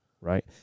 right